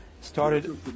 started